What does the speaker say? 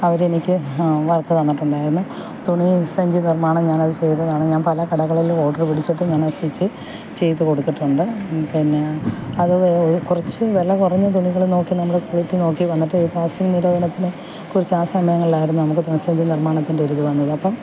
അവർ എനിക്ക് വർക്ക് തന്നിട്ടുണ്ടായിരുന്നു തുണിസഞ്ചി നിർമ്മാണം ഞാനത് ചെയ്തതാണ് ഞാൻ പല കടകളിലും ഓഡറ് പിടിച്ചിട്ട് ഞാൻ ആ സ്റ്റിച്ച് ചെയ്ത് കൊടുത്തിട്ടുണ്ട് പിന്നേ അതുപോലെ കുറച്ച് വില കുറഞ്ഞ തുണികൾ നോക്കി നമ്മൾ ക്വാളിറ്റി നോക്കി വന്നിട്ട് ഈ പ്ലാസ്റ്റിക്ക് നിരോധനത്തിന് കുറച്ച് ആ സമയങ്ങളിലായിരുന്നു നമുക്ക് തുണിസഞ്ചി നിർമ്മാണത്തിൻ്റെ ഒരിത് വന്നത് അപ്പം